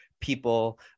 people